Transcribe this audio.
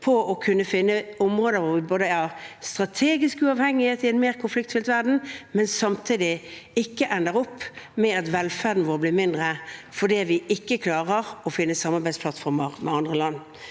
for å kunne finne områder hvor vi har strategisk uavhengighet i en mer konfliktfylt verden, men samtidig ikke ender med at velferden vår blir mindre fordi vi ikke klarer å finne samarbeidsplattformer med andre land?